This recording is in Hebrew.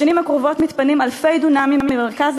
בשנים הקרובות מתפנים אלפי דונמים ממרכז